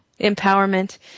empowerment